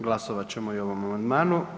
Glasovat ćemo i o ovom amandmanu.